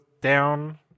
down